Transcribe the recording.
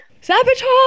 Sabotage